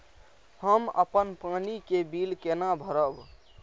हम अपन पानी के बिल केना भरब?